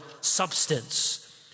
substance